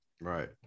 right